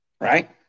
right